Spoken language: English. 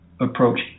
approach